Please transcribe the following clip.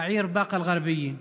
בעיר באקה אל-גרבייה.